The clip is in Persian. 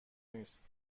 نیست